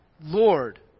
Lord